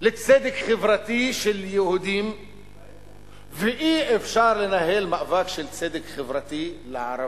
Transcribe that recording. לצדק חברתי של יהודים ואי-אפשר לנהל מאבק של צדק חברתי של ערבים,